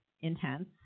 intense